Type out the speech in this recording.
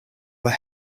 were